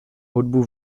hudbu